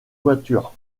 voitures